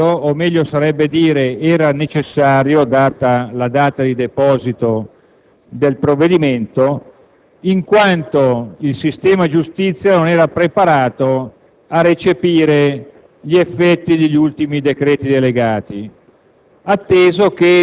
necessario - meglio sarebbe dire era necessario vista la data di deposito del provvedimento - in quanto il sistema giustizia non era preparato a recepire gli effetti degli ultimi decreti delegati.